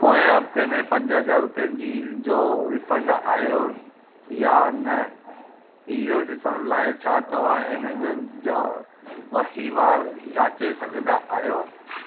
पोएं हफ़्ते में पंज हज़ार रुपियनि जी जो रीफंड आयो या न इहो ॾिसण लाइ छा तव्हां ऐमेज़ॉन जा वहिंवार जाचे सघंदा आहियो